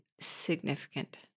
significant